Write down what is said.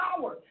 power